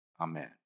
Amen